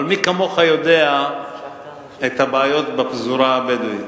אבל מי כמוך יודע את הבעיות בפזורה הבדואית,